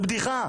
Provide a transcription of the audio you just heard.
זו בדיחה,